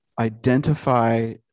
identify